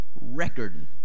record